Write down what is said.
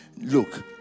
look